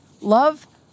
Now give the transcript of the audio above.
Love